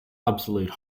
obsolete